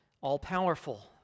all-powerful